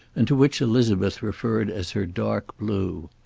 and to which elizabeth referred as her dark blue.